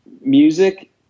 music